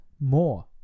more